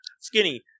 Skinny